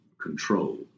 control